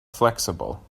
flexible